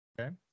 Okay